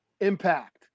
impact